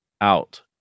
out